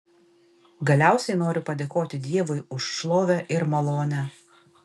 galiausiai noriu padėkoti dievui už šlovę ir malonę